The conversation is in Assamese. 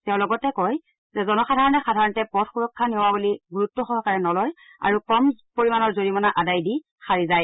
তেওঁ লগতে কয় জনসাধাৰণে সাধাৰণতে পথ সুৰক্ষা নিয়মাৱলী গুৰুত্বসহকাৰে নলয় আৰু কম পৰিমাণৰ জৰিমনা আদায় দি সাৰি যায়